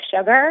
sugar